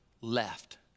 left